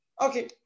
Okay